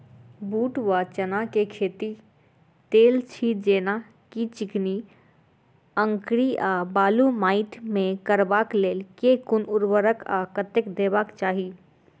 बूट वा चना केँ खेती, तेल छी जेना की चिकनी, अंकरी आ बालू माटि मे करबाक लेल केँ कुन उर्वरक आ कतेक देबाक चाहि?